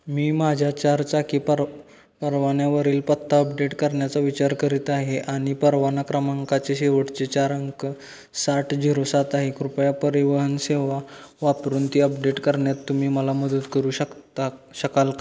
मी माझ्या चार चाकी पर परवान्यावरील पत्ता अपडेट करण्याचा विचार करीत आहे आणि परवाना क्रमांकाचे शेवटचे चार अंक साठ झिरो सात आहे कृपया परिवहन सेवा वापरून ती अपडेट करण्यात तुम्ही मला मदत करू शकता शकाल